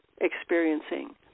experiencing